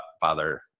father